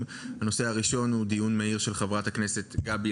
7 ביוני 2022. על סדר היום: דיון מהיר של חברת הכנסת גבי